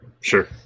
Sure